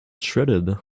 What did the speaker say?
shredded